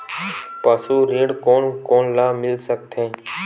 पशु ऋण कोन कोन ल मिल सकथे?